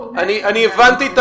הבנתי את